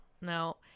no